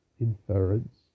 inference